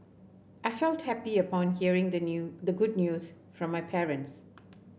I felt happy upon hearing the new the good news from my parents